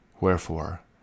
wherefore